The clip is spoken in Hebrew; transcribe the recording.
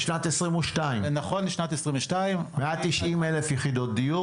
לשנת 22'. נכון לשנת 22'. 190,000 יחידות דיור